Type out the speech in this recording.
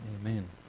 Amen